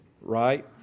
right